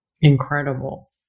incredible